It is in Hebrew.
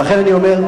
לכן אני אומר,